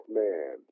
man